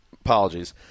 Apologies